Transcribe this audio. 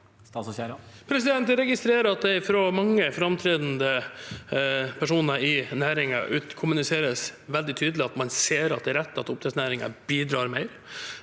Jeg registrerer at det fra mange framtredende personer i næringen kommuniseres veldig tydelig at man ser at det er rett at oppdrettsnæringen bidrar mer.